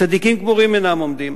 צדיקים גמורים אינם עומדים.